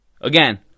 again